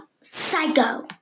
Psycho